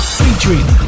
featuring